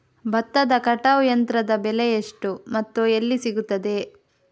ಭತ್ತದ ಕಟಾವು ಯಂತ್ರದ ಬೆಲೆ ಎಷ್ಟು ಮತ್ತು ಎಲ್ಲಿ ಸಿಗುತ್ತದೆ?